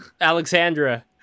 Alexandra